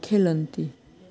खेलन्ति